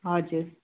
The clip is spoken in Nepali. हजुर